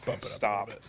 stop